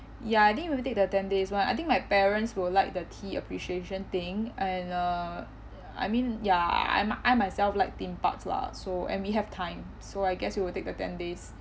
ya then we will take the ten days one I think my parents will like the tea appreciation thing and uh I mean ya I'm I myself like theme parks lah so and we have time so I guess we will take the ten days